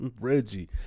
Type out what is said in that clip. Reggie